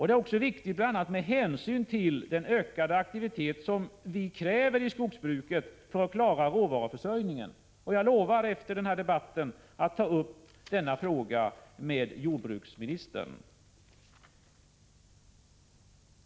Det är också viktigt bl.a. med hänsyn till den ökade aktivitet som vi kräver i skogsbruket för att klara råvaruförsörjningen. Jag lovar att efter debatten ta upp denna fråga med jordbruksministern.